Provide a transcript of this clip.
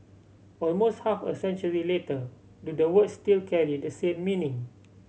almost half a century later do the words still carry the same meaning